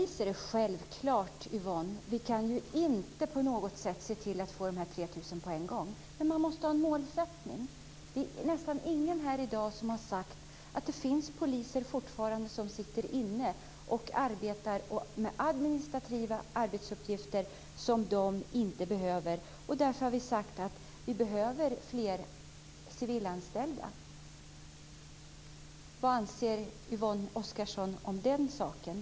Självklart kan vi inte se till att få 3 000 poliser på en gång. Men man måste ha en målsättning. Det är nästan ingen här i dag som har sagt att det fortfarande finns poliser som arbetar inne med administrativa arbetsuppgifter. Därför har vi sagt att vi behöver fler civilanställda. Vad anser Yvonne Oscarsson om den saken?